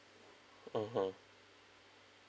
mmhmm